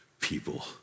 people